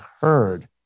heard